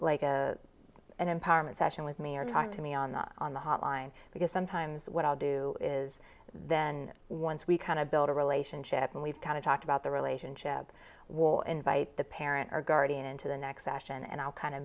like a an empowerment session with me or talk to me on the on the hotline because sometimes what i'll do is then once we kind of build a relationship and we've kind of talked about the relationship will invite the parent or guardian into the next session and i'll kind